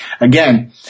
again